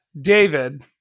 David